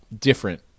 different